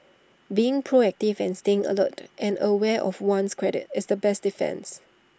being proactive and staying alert and aware of one's credit is the best defence